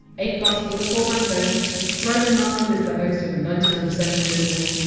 a plus for the portmanteau roman mars is the host of ninety nine percent invisible,